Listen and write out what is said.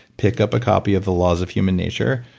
pick up a copy of the laws of human nature.